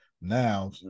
now